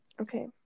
Okay